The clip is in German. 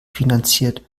finanziert